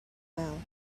farewell